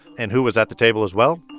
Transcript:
and who was at the table as well?